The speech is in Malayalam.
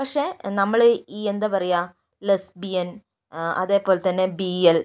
പക്ഷെ നമ്മള് ഈ എന്താ പറയുക ലെസ്ബിയൻ അതേപോലെ തന്നെ ബി എൽ